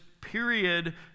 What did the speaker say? period